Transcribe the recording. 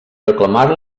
reclamar